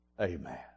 Amen